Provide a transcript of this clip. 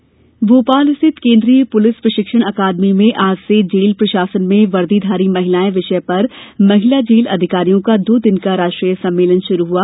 police सम्मेलन भोपाल स्थित केन्द्रीय पुलिस प्रशिक्षण अकादमी में आज से जेल प्रशासन में वर्दी धारी महिलाएं विषय पर महिला जेल अधिकारियों का दो दिन का राष्ट्रीय सम्मेलन शुरू हुआ